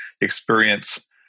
experience